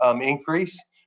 increase